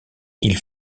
ils